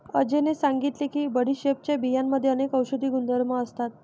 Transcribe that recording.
अजयने सांगितले की बडीशेपच्या बियांमध्ये अनेक औषधी गुणधर्म असतात